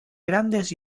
grandes